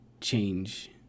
change